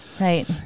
Right